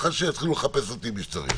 ואחר כך שיתחיל לחפש אותי מי שצריך.